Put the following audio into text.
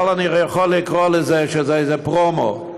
אבל אני יכול לקרוא לזה איזה פרומו,